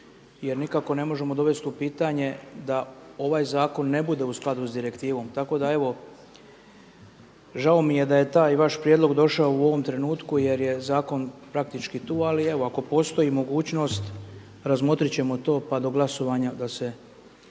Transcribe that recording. jer nikako ne možemo dovesti u pitanje da ovaj zakon ne bude u skladu sa direktivom. Tako da evo, žao mi je da je taj vaš prijedlog došao u ovom trenutku jer je zakon praktički tu. Ali evo, ako postoji mogućnost razmotrit ćemo to pa do glasovanja da se